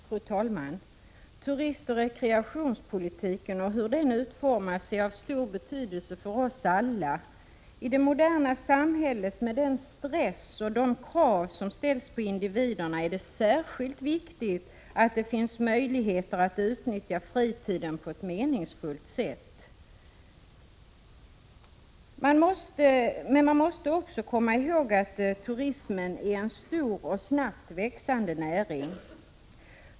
Fru talman! Turistoch rekreationspolitiken och hur den utformas är av stor betydelse för oss alla. I det moderna samhället, med den stress och de krav som ställs på individerna, är det särskilt viktigt att det finns möjligheter att utnyttja fritiden på ett meningsfullt sätt. Men man måste också komma ihåg att turismen är en stor och snabbt växande näring.